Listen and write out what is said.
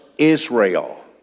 Israel